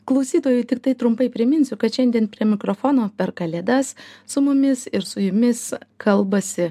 klausytojui tiktai trumpai priminsiu kad šiandien prie mikrofono per kalėdas su mumis ir su jumis kalbasi